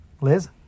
Liz